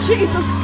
Jesus